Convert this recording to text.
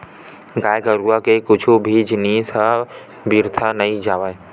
गाय गरुवा के कुछु भी जिनिस ह बिरथा नइ जावय